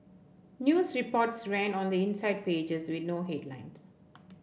news reports ran on the inside pages with no headlines